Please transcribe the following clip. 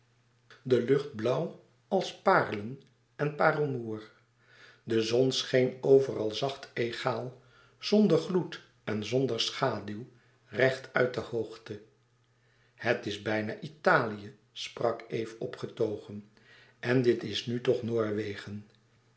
de lucht blauw als parelen en parelmoêr de zon scheen overal zacht egaal zonder gloed en zonder schaduw recht uit de hoogte het is bijna italië sprak eve opgetogen en dit is nu toch noorwegen